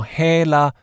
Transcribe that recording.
hela